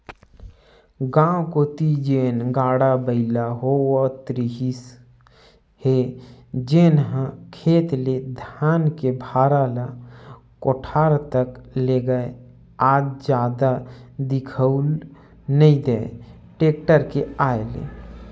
गाँव कोती जेन गाड़ा बइला होवत रिहिस हे जेनहा खेत ले धान के भारा ल कोठार तक लेगय आज जादा दिखउल नइ देय टेक्टर के आय ले